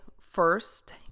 first